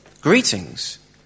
Greetings